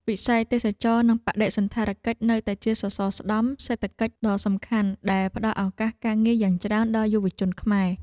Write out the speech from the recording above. វិស័យទេសចរណ៍និងបដិសណ្ឋារកិច្ចនៅតែជាសសរស្តម្ភសេដ្ឋកិច្ចដ៏សំខាន់ដែលផ្តល់ឱកាសការងារយ៉ាងច្រើនដល់យុវជនខ្មែរ។